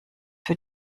für